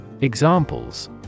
Examples